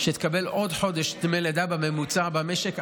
שתקבל עוד חודש דמי לידה בממוצע במשק,